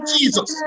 Jesus